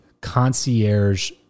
concierge